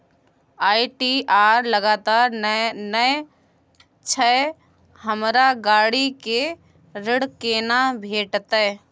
ITR लगातार नय छै हमरा गाड़ी के ऋण केना भेटतै?